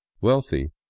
wealthy